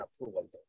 approval